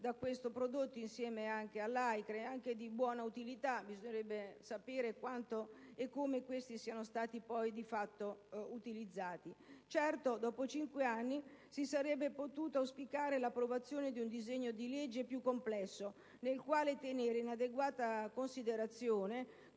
da questo prodotti insieme all'AICCRE, anche di buona utilità. Bisognerebbe, però, sapere quanto e come questi siano stati poi di fatto utilizzati. Certo, dopo cinque anni, si sarebbe potuta auspicare l'approvazione di un disegno di legge più complesso, nel quale tenere in adeguata considerazione